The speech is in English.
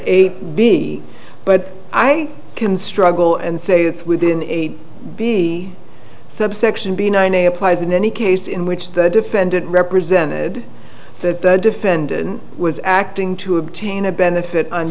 a b but i can struggle and say it's within a b subsection b nine a applies in any case in which the defendant represented the defendant was acting to obtain a benefit on